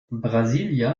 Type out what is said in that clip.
brasília